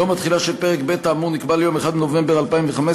יום התחילה של פרק ב' האמור נקבע ליום 1 בנובמבר 2015,